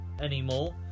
anymore